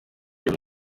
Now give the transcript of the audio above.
buri